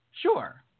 Sure